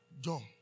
John